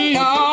no